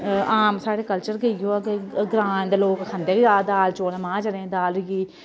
आम साढ़े कल्चर गै इयो ऐ के ग्रां दे लोक खंदे जैदा दाल चौल मांह् चने दी दाल होई गेई